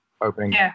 opening